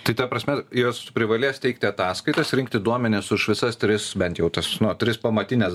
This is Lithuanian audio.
tai ta prasme jos privalės teikti ataskaitas rinkti duomenis už visas tris bent jau tas tris pamatines